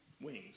wings